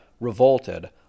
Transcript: revolted